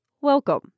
Welcome